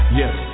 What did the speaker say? yes